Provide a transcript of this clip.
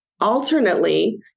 Alternately